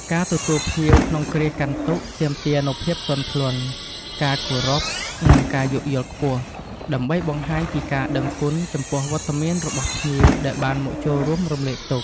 ការទទួលភ្ញៀវក្នុងគ្រាកាន់ទុក្ខទាមទារនូវភាពទន់ភ្លន់ ការគោរព និងការយោគយល់ខ្ពស់ ដើម្បីបង្ហាញពីការដឹងគុណចំពោះវត្តមានរបស់ភ្ញៀវដែលបានមកចូលរួមរំលែកទុក្ខ។